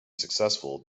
successful